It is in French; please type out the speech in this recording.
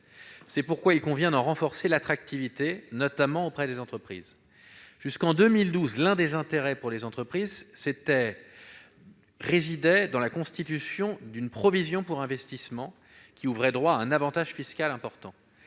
C'est pourquoi il convient d'en renforcer l'attractivité, notamment auprès des entreprises. Jusqu'en 2012, l'un des intérêts de la participation, pour les entreprises, résidait dans la constitution d'une provision pour investissement qui ouvrait droit à un avantage fiscal important.